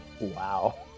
Wow